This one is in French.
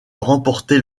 remporter